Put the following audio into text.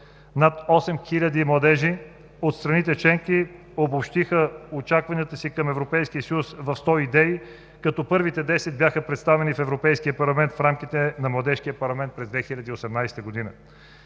хиляди младежи от страните членки обобщиха очакванията си към Европейския съюз в 100 идеи, като първите десет бяха представени в Европейския парламент в рамките на Младежкия парламент през 2018 г.